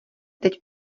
teď